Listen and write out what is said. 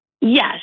Yes